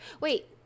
wait